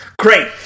Great